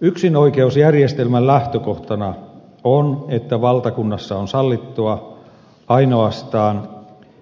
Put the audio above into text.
yksinoikeusjärjestelmän lähtökohtana on että valtakunnassa on sallittua ainoastaan